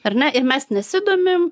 ar ne ir mes nesidomim